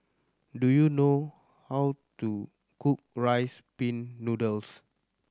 do you know how to cook Rice Pin Noodles